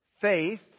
Faith